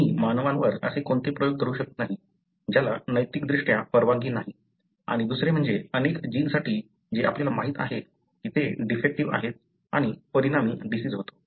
तुम्ही मानवांवर असे कोणतेही प्रयोग करू शकत नाही ज्याला नैतिकदृष्ट्या परवानगी नाही आणि दुसरे म्हणजे अनेक जीन्ससाठी जे आपल्याला माहित आहे की ते डिफेक्टीव्ह आहेत आणि परिणामी डिसिज होतो